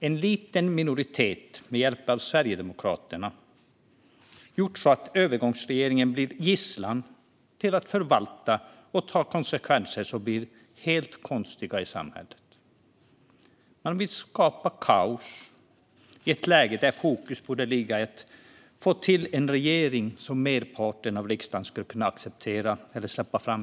En liten minoritet med hjälp av Sverigedemokraterna har gjort så att övergångsregeringen blir gisslan till att förvalta och ta konsekvenser som blir helt konstiga i samhället. Man vill skapa kaos i ett läge där fokus borde ligga på att få till en regering som merparten av riksdagen skulle acceptera eller släppa fram.